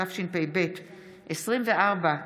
התשפ"ב 2022,